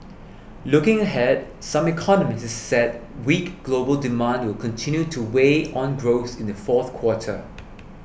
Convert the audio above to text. looking ahead some economists said weak global demand will continue to weigh on growth in the fourth quarter